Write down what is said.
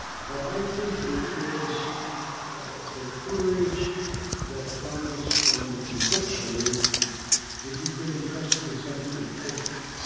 but i think it is the courage that comes from the conviction that you've been entrusted with something important.